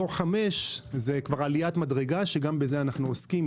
דור 5 זה כבר עליית מדרגה שגם בזה אנחנו עוסקים.